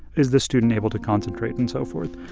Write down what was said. is the student able to concentrate and so forth?